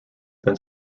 then